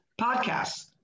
podcasts